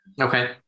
Okay